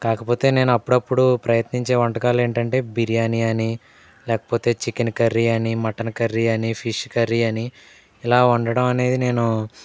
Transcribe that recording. కాకపోతే నేను అప్పుడప్పుడు ప్రయత్నించే వంటకాలు ఏంటంటే బిర్యానీ అని లేకపోతే చికెన్ కర్రీ అని మటన్ కర్రీ అని ఫిష్ కర్రీ అని ఇలా వండడం అనేది నేను